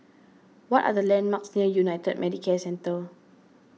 what are the landmarks United Medicare Centre